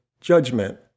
judgment